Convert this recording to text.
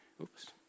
Oops